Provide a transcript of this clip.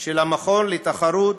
של המכון לתחרות,